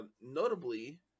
Notably